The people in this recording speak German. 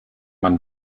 man